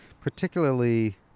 particularly